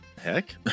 heck